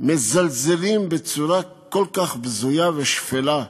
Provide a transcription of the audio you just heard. מזלזלים בצורה כל כך בזויה ושפלה.